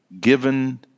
given